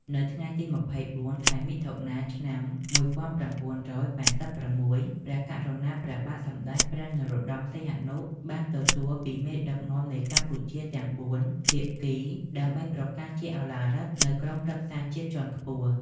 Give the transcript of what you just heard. នៅថ្ងៃទី២៤ ខែមិថុនា ឆ្នាំ១៩៩១ ព្រះករុណាព្រះបាទសម្តេចព្រះនរោត្តម សីហនុ បាន ទទួលពីមេដឹកនាំនៃកម្ពុជាទំាង៤ ភាគីដើម្បីប្រកាសជាឧឡារិក នូវក្រុមប្រឹក្សាជាតិជាន់ខ្ពស់ ។